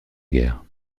guerre